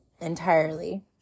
entirely